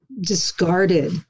discarded